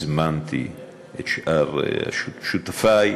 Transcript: הזמנתי את שאר שותפי.